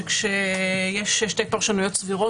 שכשיש שתי פרשנויות סבירות,